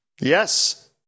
Yes